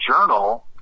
journal